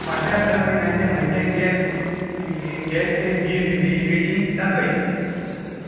फाटल्या स म्हयन्याचे म्हजें गॅस गॅसचें बील रिडींग दाखय